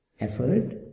effort